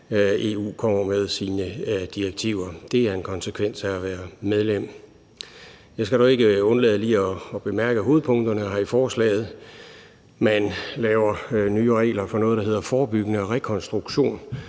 EU kommer med sine direktiver. Det er en konsekvens af at være medlem. Jeg skal dog ikke undlade lige at bemærke hovedpunkterne her i forslaget: Man laver nye regler for noget, der hedder forebyggende rekonstruktion,